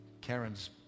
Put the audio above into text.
Karen's